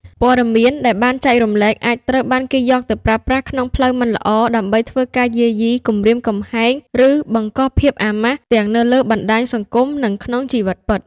ព័ត៌មានដែលបានចែករំលែកអាចត្រូវបានគេយកទៅប្រើប្រាស់ក្នុងផ្លូវមិនល្អ ដើម្បីធ្វើការយាយី គំរាមកំហែង ឬបង្កភាពអាម៉ាស់ទាំងនៅលើបណ្តាញសង្គម និងក្នុងជីវិតពិត។